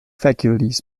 faculties